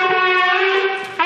חברי הכנסת והמוזמנים מתבקשים